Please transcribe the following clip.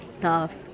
tough